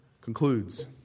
concludes